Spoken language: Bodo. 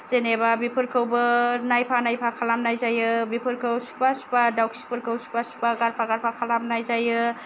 जेनेबा बेफोरखौबो नायफा नायफा खालामनाय जायो बेफोरखौ सुखुवा सुखुवा दाउखिफोरखौ सुखुवा सुखुवा गारफा गारफा खालामनाय जायो